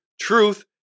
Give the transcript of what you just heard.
truth